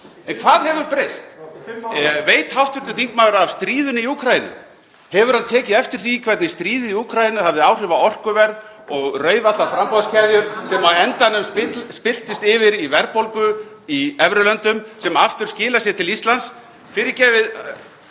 En hvað hefur breyst? Veit hv. þingmaður af stríðinu í Úkraínu? Hefur hann tekið eftir því hvernig stríðið í Úkraínu hafði áhrif á orkuverð og rauf allar framboðskeðjur sem endalaust spilltist yfir í verðbólgu í evrulöndum sem aftur skilar sér til Íslands? Fyrirgefið,